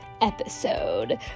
episode